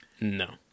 No